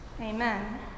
Amen